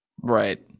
right